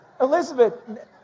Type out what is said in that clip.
Elizabeth